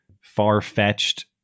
far-fetched